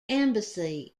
embassy